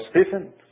Stephen